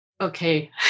okay